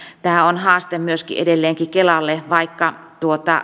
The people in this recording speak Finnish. tämä on haaste edelleenkin myöskin kelalle vaikka